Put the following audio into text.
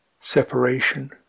separation